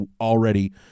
already